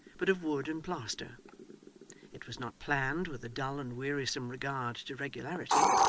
but of wood and plaster it was not planned with a dull and wearisome regard to regularity,